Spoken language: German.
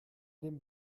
dem